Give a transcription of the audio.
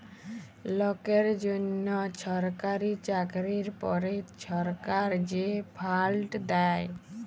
লকের জ্যনহ ছরকারি চাকরির পরে ছরকার যে ফাল্ড দ্যায়